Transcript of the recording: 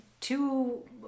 two